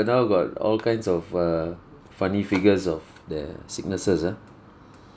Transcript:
now got all kinds of err funny figures of their sicknesses ah